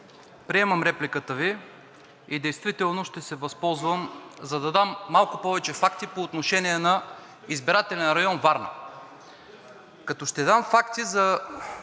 приемам репликата Ви и действително ще се възползвам, за да дам малко повече факти по отношение на Избирателен район – Варна. Пример, който